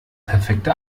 perfekte